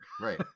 Right